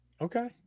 Okay